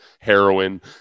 heroin